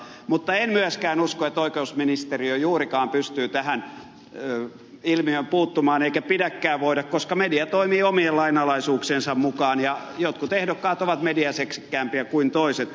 mutta en myöskään usko että oikeusministeriö juurikaan pystyy tähän ilmiöön puuttumaan eikä pidäkään voida koska media toimii omien lainalaisuuksiensa mukaan ja jotkut ehdokkaat ovat mediaseksikkäämpiä kuin toiset